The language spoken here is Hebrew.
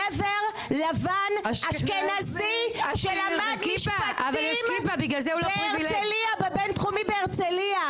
גבר לבן אשכנזי שלמד משפטים מהרצליה בבין תחומי בהרצליה,